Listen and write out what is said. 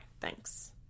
thanks